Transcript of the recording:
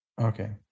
Okay